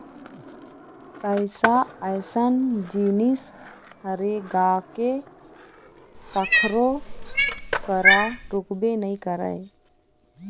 पइसा अइसन जिनिस हरे गा के कखरो करा रुकबे नइ करय